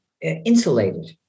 insulated